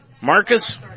Marcus